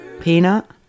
peanut